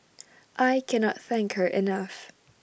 I cannot thank her enough